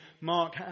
Mark